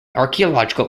archaeological